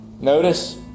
Notice